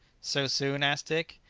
so soon? asked dick.